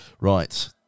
Right